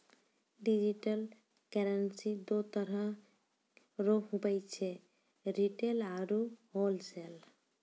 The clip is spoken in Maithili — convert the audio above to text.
डिजिटल करेंसी दो तरह रो हुवै छै रिटेल आरू होलसेल